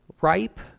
ripe